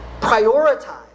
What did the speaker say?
prioritize